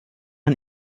man